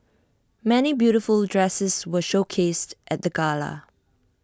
many beautiful dresses were showcased at the gala